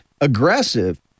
aggressive